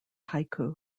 haiku